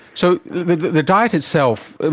so the diet itself, and